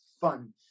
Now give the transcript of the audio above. fun